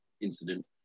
incident